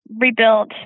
rebuilt